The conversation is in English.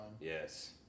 Yes